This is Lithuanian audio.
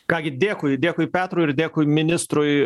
ką gi dėkui dėkui petrui ir dėkui ministrui